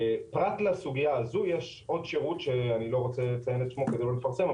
פרט לסוגיה הזאת יש עוד שירות שאני לא רוצה לציין את שמו כדי לא לפרסם,